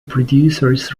producers